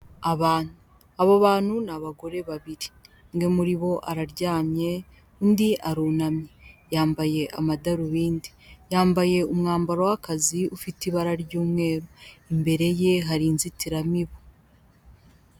Abo bantu ni abagore babiri, umwe muri bo araryamye undi arunamye yambaye amadarubindi. Yambaye umwambaro w'akazi ufite ibara ry'umweru imbere ye hari inzitiramibu.